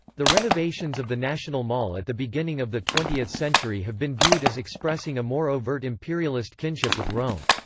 the renovations of the national mall at the beginning of the twentieth century have been viewed as expressing a more overt imperialist kinship with rome.